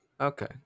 Okay